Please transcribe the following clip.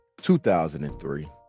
2003